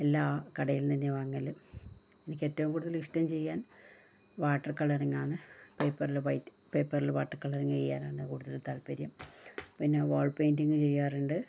എല്ലാ ആ കടയിൽ നിന്ന് തന്നെ വാങ്ങല് എനിക്കേറ്റവും കൂടുതലിഷ്ട്ടം ചെയ്യാൻ വാട്ടർ കളറിങ്ങാണ് പേപ്പറില് വൈറ്റ് പേപ്പറില് വാട്ടർ കളറിങ് ചെയ്യാനാണ് കൂടുതല് താൽപ്പര്യം പിന്നെ വാൾ പെയിന്റിംഗ് ചെയ്യാറുണ്ട്